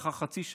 לאחר חצי שעה,